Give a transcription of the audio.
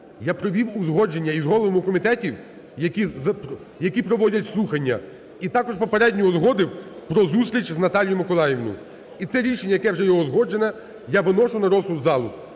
я провів узгодження із головами комітетів, які проводять слухання, і також попередньо узгодив про зустріч з Наталією Миколаївною. І це рішення, яке вже є узгоджене, я виношу на розсуд залу.